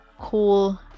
cool